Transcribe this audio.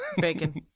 Bacon